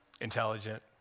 intelligent